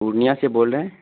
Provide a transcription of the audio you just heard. پورنیہ سے بول رہے ہیں